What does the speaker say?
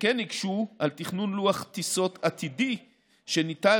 וכן הקשו על תכנון לוח טיסות עתידי שניתן